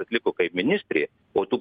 atliko kaip ministrė o tu